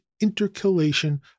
intercalation